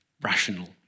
rational